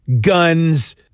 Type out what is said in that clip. guns